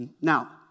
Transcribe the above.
Now